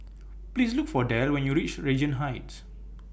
Please Look For Del when YOU REACH Regent Heights